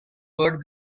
word